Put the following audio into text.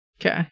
Okay